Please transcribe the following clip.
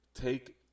take